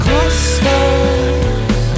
Clusters